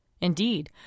Indeed